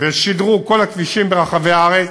ושדרוג כל הכבישים ברחבי הארץ,